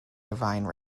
divine